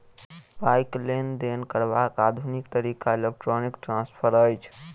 पाइक लेन देन करबाक आधुनिक तरीका इलेक्ट्रौनिक ट्रांस्फर अछि